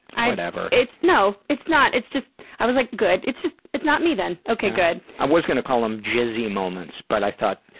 whatever. it's no, it's not. it's just i was like, good. it's just it's not me, then. okay, good. i was gonna call em jizzy moments, but i thought